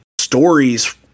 stories